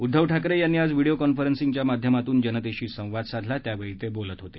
उद्धव ठाकरे यांनी आज व्हिडिओ कॉन्फरन्सिंगच्या माध्यमातून जनतेशी संवाद साधला त्यावेळी ते बोलत होते